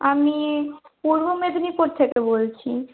আমি পূর্ব মেদিনীপুর থেকে বলছি